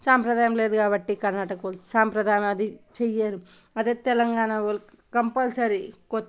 సాంప్రదాయం లేదు కాబట్టి కర్ణాటక వాళ్ళు సాంప్రదాయం అది చెయ్యరు అదే తెలంగాణ వాళ్ళు కంపల్సరీ కొత్త